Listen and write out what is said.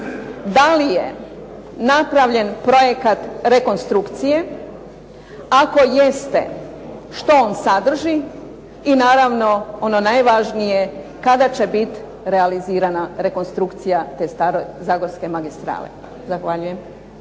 Da li je napravljen projekat rekonstrukcije? Ako jeste što on sadrži? I naravno ono najvažnije, kada će bit realizirana rekonstrukcija te stare zagorske magistrale? Zahvaljujem.